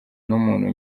n’umuntu